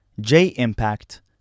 J-Impact